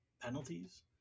penalties